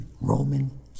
Roman